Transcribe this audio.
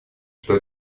что